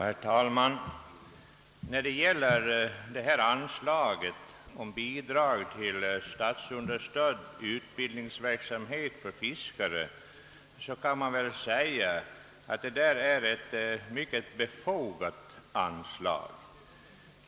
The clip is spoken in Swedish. Herr talman! Anslaget till statsunderstödd utbildningsverksamhet för fiskare kan väl sägas vara mycket befogat.